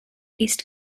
east